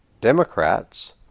Democrats